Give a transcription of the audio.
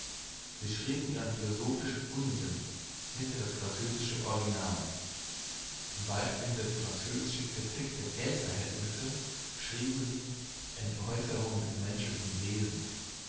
sie schrieben ihren philosophischen unsinn hinter das französische original z b hinter die französische kritik der geldverhältnisse schrieben sie entäußerung des menschlichen wesens